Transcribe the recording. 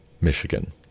Michigan